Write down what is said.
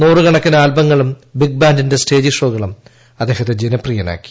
നൂറുകണക്കിന് ആൽബങ്ങളും ബിഗ് ബാൻഡിന്റെ സ്റ്റേജ് ഷോകളും അദ്ദേഹത്തെ ജനപ്രിയനാക്കി